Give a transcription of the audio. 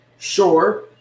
Sure